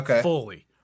fully